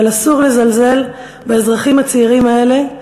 אבל אסור לזלזל באזרחים הצעירים האלה.